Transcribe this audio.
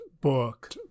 book